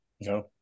No